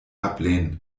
ablehnen